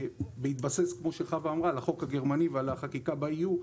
בהתבסס על החוק הגרמני ועל החקיקה ב-EU.